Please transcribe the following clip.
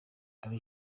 ari